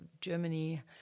Germany